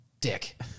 dick